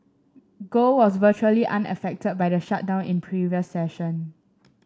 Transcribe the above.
gold was virtually unaffected by the shutdown in previous session